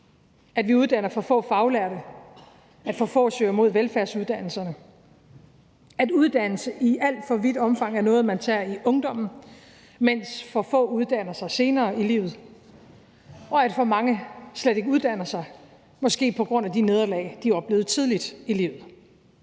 at vi uddanner for få faglærte; at for få søger mod velfærdsuddannelserne; at uddannelse i alt for vidt omfang er noget, man tager i ungdommen, mens for få uddanner sig senere i livet; og at for mange slet ikke uddanner sig, måske på grund af de nederlag, de oplevede tidligt i livet.